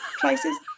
places